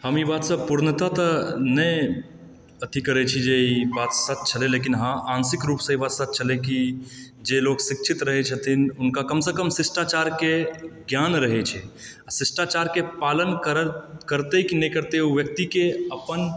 हम ई बातसँ पूर्णतः तऽ नहि अथी करै छी जे ई बात सच छलै लेकिन हँ आंशिक रूपसँ ई बात सच छलै कि जे लोक शिक्षित रहै छथिन हुनका कमसँ कम शिष्टाचारके ज्ञान रहै छै आ शिष्टाचारके पालन करल करतै कि नहि करतै ओ व्यक्तिके अपन